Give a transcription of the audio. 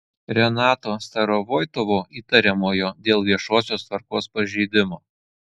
renato starovoitovo įtariamojo dėl viešosios tvarkos pažeidimo